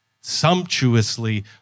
Sumptuously